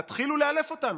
תתחילו לאלף אותם